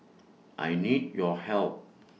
I need your help